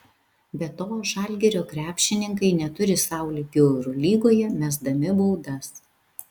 be to žalgirio krepšininkai neturi sau lygių eurolygoje mesdami baudas